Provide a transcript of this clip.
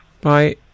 bye